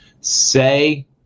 say